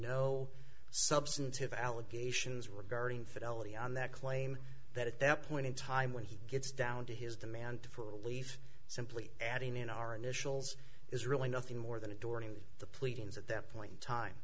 no substantive allegations regarding fidelity on that claim that at that point in time when he gets down to his demand for at least simply adding in our initials is really nothing more than adorning the pleadings at that point time